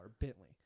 Bentley